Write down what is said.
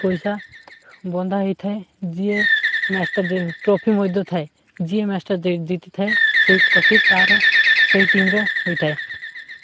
ପଇସା ବନ୍ଧା ହେଇଥାଏ ଯିଏ ମ୍ୟାଚଟା ଟ୍ରଫି ମଧ୍ୟ ଥାଏ ଯିଏ ମ୍ୟାଚଟା ଜିତିଥାଏ ସେଇ ଟ୍ରଫି ତା'ର ସେଇ ଟିମର ହୋଇଥାଏ